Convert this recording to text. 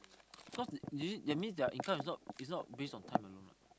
cause is it that means their income is not is not based on time alone eh